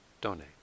donate